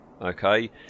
okay